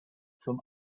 zum